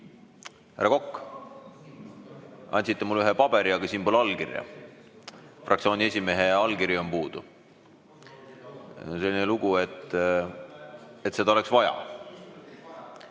Härra Kokk, te andsite mulle ühe paberi, aga siin pole allkirja! Fraktsiooni esimehe allkiri on puudu. Selline lugu, et seda oleks vaja.